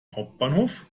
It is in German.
hauptbahnhof